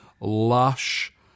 lush